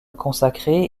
consacré